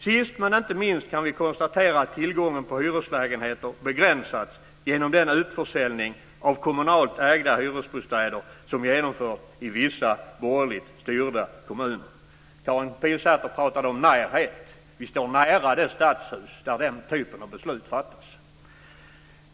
Sist men inte minst kan vi konstatera att tillgången på hyreslägenheter begränsats genom den utförsäljning av kommunalt ägda hyresbostäder som genomförts i vissa borgerligt styrda kommuner. Karin Pilsäter talade om närhet. Vi befinner oss nära det stadshus där den typen av beslut fattas.